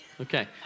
Okay